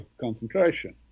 concentration